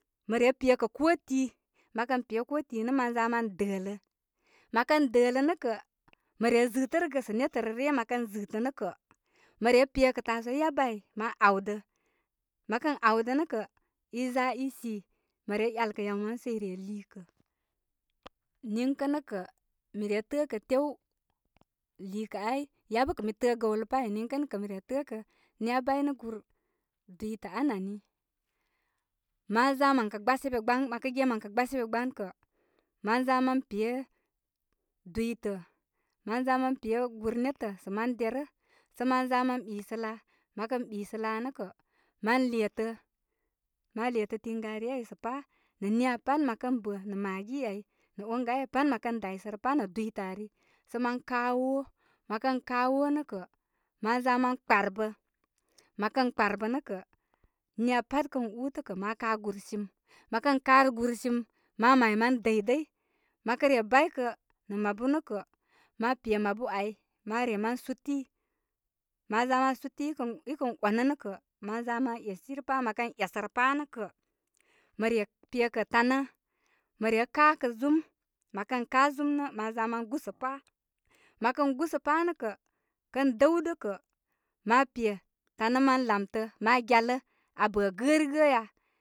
Mə re pe kə koo ti, mə kə pe kooti nə' mən za mən dələ mə kə dələ nə' kə, mə zɨtərəgə sə netə rə ryə. Mə kən zɨtə nə' kə, mə re pe kə' tasuwai yabə ai ma awdə. Mə kə awdə nə kə i za isi. Mə re iyal kə' yaw manu sə ire liikə. niŋkə nə kə' mə re tə' kə tew liikə ai. Yabə kə mi tə'ə gəwlə pai niŋkə nə kə mi re təə' nii aa baynə gur dwitə an ani. Maza məkə' gbasimi gban mə kə ge mən kə gbasibe gban kə ma za mə pe dwitə, mən za mən pegur netə sə man derə, sə' man za mən ɓisə laa, məkə ɓisə laa nə' kə', man letə, ma letə tiggarii ai sə pā nə niya pat mə kən bə' nə maggii ai nə onga ai pat mə kə daysərə sə pa'. nə dwitə ari, sə mən ka woo, mə kən ka woo nə kə', mən za mən kparbə, məkən kparbə nə' kə', niya pat kən ūūtə kə', ma ka gur sim. Mə kən ka gur sim, ma may man dəydəy. məkə re baykə nə' mabu nə' kə', ma pe mabu ai man eman duti, ma za man suti i kə i kə onə nə' kə ma za man esiri pa, mə kə esərə pa' nə' kə' mə re po kə tanə, mə re ka kə zum. Mə kən ka zum nə man za mən gusəpa. Mə kə gusə pa nə kə, kə dəwdə kə' ma pe tanə' mən lamtə ma gyalə a bə' gərigə ya.